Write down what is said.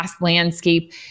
landscape